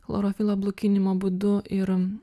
chlorofilo blukinimo būdu ir